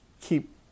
keep